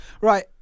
right